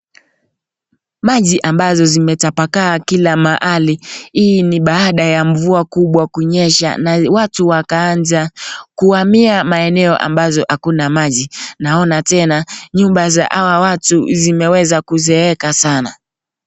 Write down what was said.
Maji ambazo zimetapakaa kila mahali, hii ni baada ya mvua kubwa kunyesha na watu wakaanza kuhamia maeneo ambazo hakuna maji. Naona tena nyumba za hawa watu zimeweza kuzeeka sana.